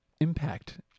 Impact